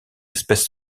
espèces